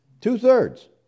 Two-thirds